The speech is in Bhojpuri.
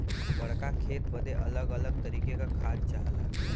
बड़्का खेत बदे अलग अलग तरीके का खाद चाहला